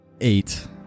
Eight